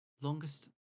Longest